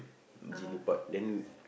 genie pot then